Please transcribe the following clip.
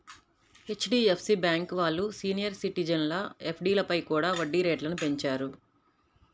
HDFC bank వాళ్ళు senior సిటిజన్ల ఎఫ్డీలపై కూడా వడ్డీ రేట్లను పెంచారు